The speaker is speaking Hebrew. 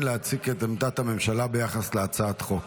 להציג את עמדת הממשלה ביחס להצעת החוק,